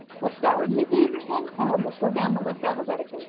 we'll start with ms. anderson and we'll just go down the list alphabetically